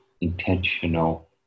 intentional